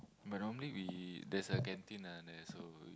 but normally we there's a canteen lah there so